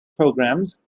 programs